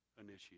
initiate